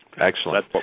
Excellent